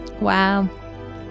Wow